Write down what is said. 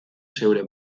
zeure